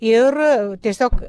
ir tiesiog